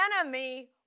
enemy